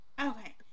Okay